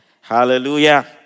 Hallelujah